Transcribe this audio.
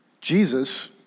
Jesus